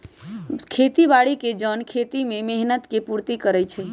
खेती बाड़ी के जन खेती में मेहनत के पूर्ति करइ छइ